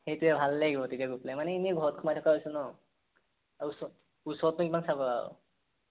সেইটোৱে ভাল লাগিব তেতিয়া গৈ পেলাই মানে এনেই ঘৰত সোমাই থকা হৈছে ন আৰু ওচৰ ওচৰতনো কিমান চাবা আৰু